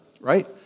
right